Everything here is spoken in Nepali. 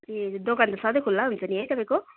फेरि दोकान त सधैँ खुल्ला हुन्छ नि है तपाईँको